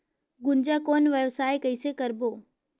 गुनजा कौन व्यवसाय कइसे करबो?